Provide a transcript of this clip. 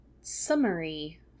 summary